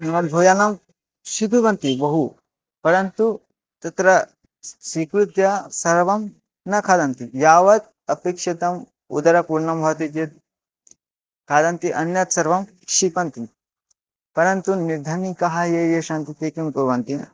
मद्भोजनं स्वीकुर्वन्ति बहु परन्तु तत्र स् स्वीकृत्य सर्वं न खादन्ति यावत् अपेक्षितम् उदरपूर्णं भवति चेत् खादन्ति अन्यत्सर्वं क्षिपन्ति परन्तु निर्धनिकाः ये ये सन्ति ते किं कुर्वन्ति